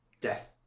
death